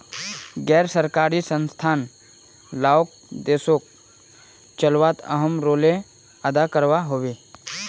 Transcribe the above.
गैर सरकारी संस्थान लाओक देशोक चलवात अहम् रोले अदा करवा होबे